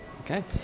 Okay